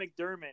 McDermott